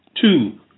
Two